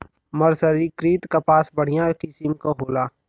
मर्सरीकृत कपास बढ़िया किसिम क होला